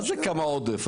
מה זה כמה עודף?